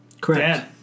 Correct